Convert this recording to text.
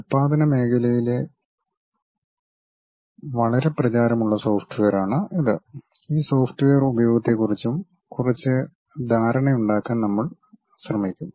ഉൽപ്പാദന മേഖലയിലെ വളരെ പ്രചാരമുള്ള സോഫ്റ്റ്വെയറാണ് ഇത് ഈ സോഫ്റ്റ്വെയർ ഉപയോഗത്തെക്കുറിച്ചും കുറച്ച് ധാരണയുണ്ടാക്കാൻ നമ്മൾ ശ്രമിക്കും